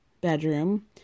bedroom